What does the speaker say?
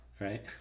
right